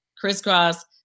Crisscross